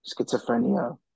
schizophrenia